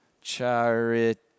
charity